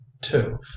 Two